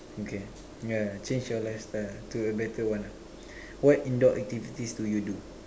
okay yeah change your lifestyle to a better one ah what indoor activities do you do